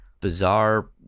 bizarre